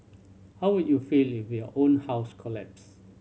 how would you feel if your own house collapsed